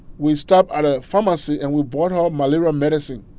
we stop at a pharmacy and we brought her malaria medicine.